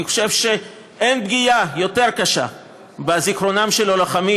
אני חושב שאין פגיעה יותר קשה בזיכרונם של הלוחמים